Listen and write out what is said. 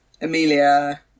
Amelia